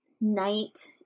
night